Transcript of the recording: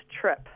trip